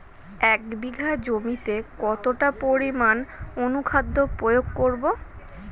এক বিঘা জমিতে কতটা পরিমাণ অনুখাদ্য প্রয়োগ করব?